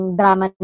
drama